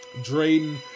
Drayden